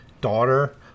daughter